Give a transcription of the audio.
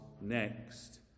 next